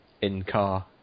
in-car